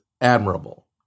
admirable